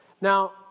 Now